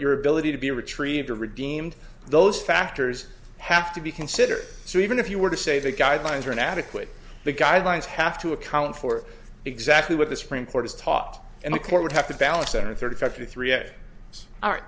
your ability to be retrieved or redeemed those factors have to be considered so even if you were to say the guidelines are inadequate the guidelines have to account for exactly what the supreme court is taught and the court would have to balance a